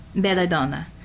Belladonna